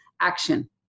action